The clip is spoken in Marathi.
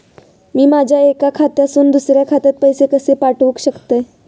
मी माझ्या एक्या खात्यासून दुसऱ्या खात्यात पैसे कशे पाठउक शकतय?